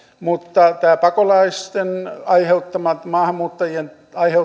mutta nämä pakolaisten maahanmuuttajien